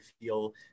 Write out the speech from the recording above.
feel